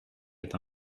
est